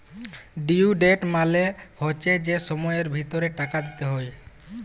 due date মালে হচ্যে যে সময়ের ভিতরে টাকা দিতে হ্যয়